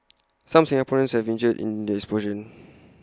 some Singaporeans have been injured in this explosion